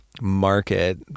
market